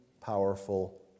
powerful